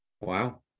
Wow